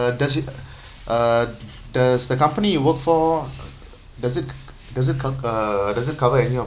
that's it uh does the company you work for does it c~ c~ does it c~ uh does it cover any of